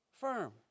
firm